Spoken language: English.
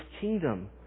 kingdom